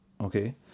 Okay